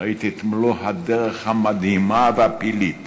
ראיתי את מלוא הדרך המדהימה והפלאית